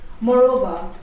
Moreover